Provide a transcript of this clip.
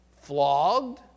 flogged